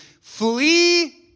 Flee